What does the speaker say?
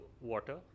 water